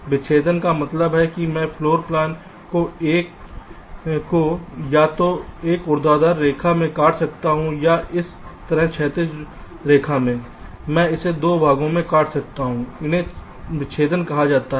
विच्छेदन का मतलब है कि मैं फ्लोर प्लान को या तो एक ऊर्ध्वाधर रेखा से काट सकता हूं या इस तरह एक क्षैतिज रेखा से मैं इसे 2 भागों में काट सकता हूं इन्हें विच्छेदन कहा जाता है